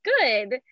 good